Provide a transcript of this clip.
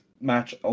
match